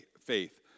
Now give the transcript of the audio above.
faith